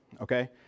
okay